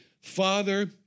Father